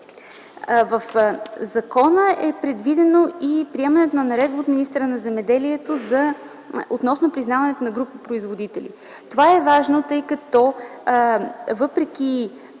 В закона е предвидено и приемането на наредба от министъра на земеделието относно признаването на група производители. Това е важно, тъй като въпреки